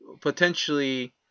potentially